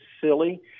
silly